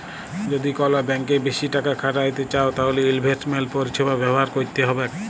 যদি কল ব্যাংকে বেশি টাকা খ্যাটাইতে চাউ তাইলে ইলভেস্টমেল্ট পরিছেবা ব্যাভার ক্যইরতে হ্যবেক